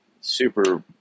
super